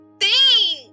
Thanks